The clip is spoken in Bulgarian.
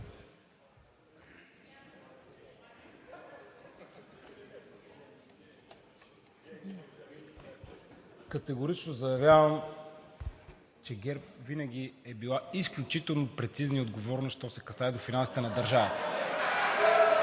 Категорично заявявам, че ГЕРБ винаги е била изключително прецизна и отговорна що се касае до финансите на държавата.